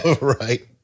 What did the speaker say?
right